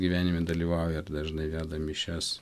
gyvenime dalyvauja ir dažnai veda mišias